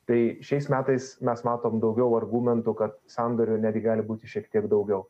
tai šiais metais mes matom daugiau argumentų kad sandorių netgi gali būti šiek tiek daugiau